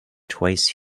twice